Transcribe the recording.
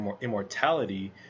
immortality